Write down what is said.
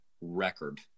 record